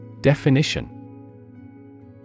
Definition